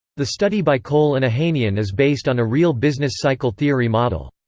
the study by cole and ohanian is based on a real business-cycle theory model.